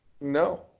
No